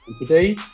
Today